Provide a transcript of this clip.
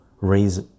raise